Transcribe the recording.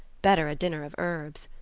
better a dinner of herbs,